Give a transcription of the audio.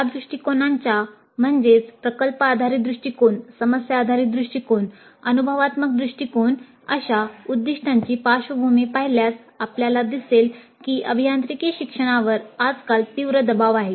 या दृष्टिकोनांच्या म्हणजे प्रकल्प आधारित दृष्टीकोन समस्या आधारित दृष्टीकोन अनुभवात्मक दृष्टिकोन अशा उद्दीष्टांची पार्श्वभूमी पाहिल्यास आपल्याला दिसेल की अभियांत्रिकी शिक्षणावर आजकाल तीव्र दबाव आहे